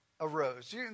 arose